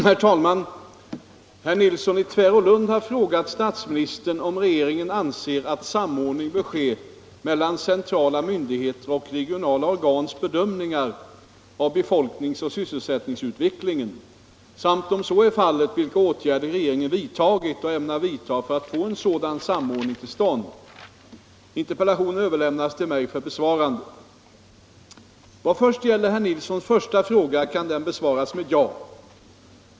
Herr talman! Herr Nilsson i Tvärålund har frågat statsministern om regeringen anser att samordning bör ske mellan centrala myndigheter och regionala organs bedömningar av befolkningsoch sysselsättningsutvecklingen samt, om så är fallet, vilka åtgärder regeringen vidtagit och ämnar vidta för att få sådan samordning till stånd. Interpellationen har överlämnats till mig för besvarande. Vad först gäller herr Nilssons första fråga kan den besvaras med ja.